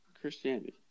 Christianity